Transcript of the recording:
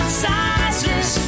sizes